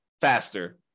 faster